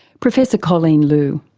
professor colleen loo.